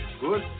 good